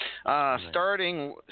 starting